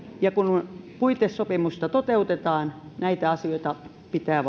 ja kun puitesopimusta toteutetaan näitä asioita pitää